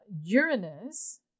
Uranus